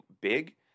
big